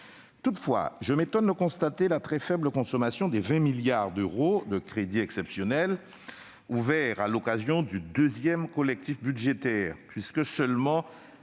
Toutefois, je m'étonne de constater la très faible consommation des 20 milliards d'euros de crédits exceptionnels ouverts dans le deuxième collectif budgétaire, puisque seulement